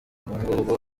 ubungubu